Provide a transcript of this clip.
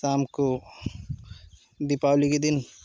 शाम को दीपावली के दिन